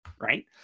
Right